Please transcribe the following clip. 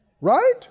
Right